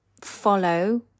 follow